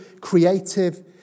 creative